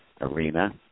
arena